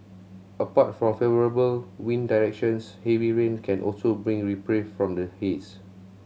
apart from favourable wind directions heavy rain can also bring reprieve from the haze